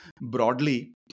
broadly